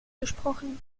gesprochen